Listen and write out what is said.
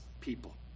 people